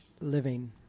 living